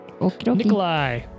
Nikolai